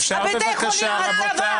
אפשר בבקשה, רבותיי?